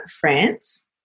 France